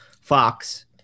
Fox